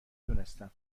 دونستم